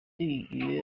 对于